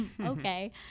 okay